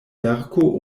verko